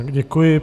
Děkuji.